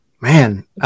Man